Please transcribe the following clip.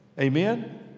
Amen